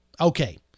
okay